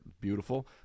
beautiful